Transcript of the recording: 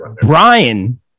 Brian